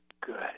good